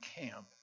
camp